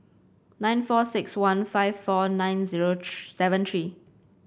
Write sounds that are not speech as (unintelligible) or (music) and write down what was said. nine four six one five four nine zero (unintelligible) seven three